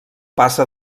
passa